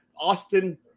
Austin